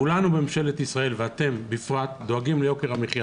כולנו בממשלת ישראל ואתם בפרט דואגים ליוקר המחיה